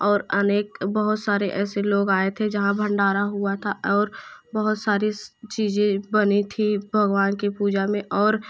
और अनेक बहुत सारे ऐसे लोग आये थे जहाँ भंडारा हुआ था और बहुत सारी चीज़ें बनी थी भगवान के पूजा में और